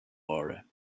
aura